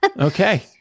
Okay